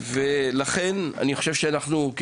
אני חושב שאנחנו,